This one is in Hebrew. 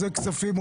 בזבוזי כספים,